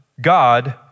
God